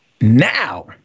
Now